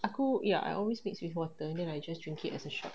aku ya I always mix with water then I just drink it as a shot